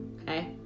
Okay